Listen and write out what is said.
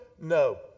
No